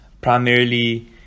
primarily